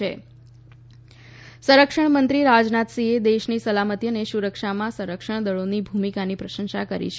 combined commanders સંરક્ષણ મંત્રી રાજ્નાથસિંહે દેશની સલામતી અને સુરક્ષામાં સંરક્ષણ દળોની ભૂમિકાની પ્રશંસા કરી છે